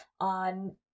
on